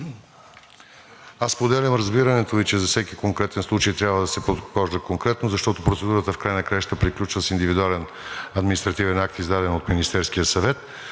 Аз споделям разбирането Ви, че за всеки конкретен случай трябва да се подхожда конкретно, защото процедурата в края на краищата приключва с индивидуален административен акт, издаден от Министерския съвет.